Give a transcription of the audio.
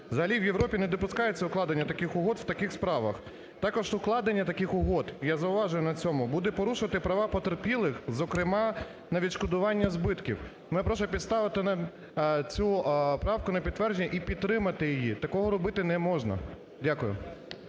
Взагалі в Європі не допускається укладення таких угод в таких справах. Також укладення таких угод, я зауважую на цьому, буде порушувати права потерпілих, зокрема, на відшкодування збитків. Тому я прошу поставити цю правку на підтвердження і підтримати її. Такого робити не можна. Дякую.